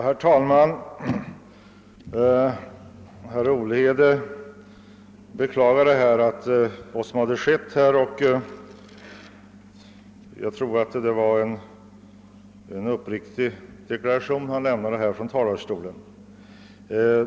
Herr talman! Herr Olhede beklagade här vad som hade skett, och jag tror det var en uppriktig deklaration han lämnade.